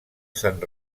sant